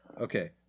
okay